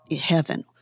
heaven